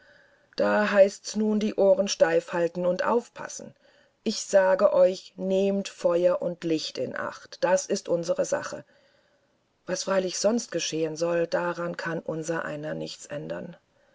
da heißt's nun die ohren steif halten und aufpassen ich sage euch nehmt feuer und licht in acht das ist unsere sache was freilich sonst geschehen soll daran kann unsereiner nichts ändern